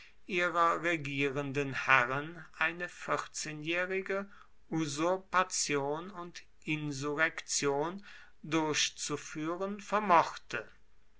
ihrer regierenden herren eine vierzehnjährige usurpation und insurrektion durchzuführen vermochte